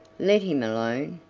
let him alone,